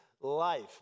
Life